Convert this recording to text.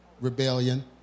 rebellion